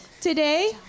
today